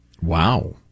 Wow